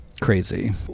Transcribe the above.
crazy